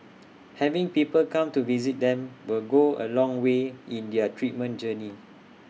having people come to visit them will go A long way in their treatment journey